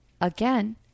again